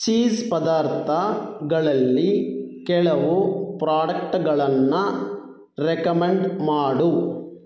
cheese ಪದಾರ್ಥಗಳಲ್ಲಿ ಕೆಲವು ಪ್ರಾಡಕ್ಟ್ಗಳನ್ನು ರೆಕಮೆಂಡ್ ಮಾಡು